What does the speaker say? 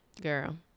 Girl